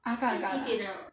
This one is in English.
agar agar lah